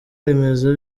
remezo